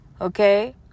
Okay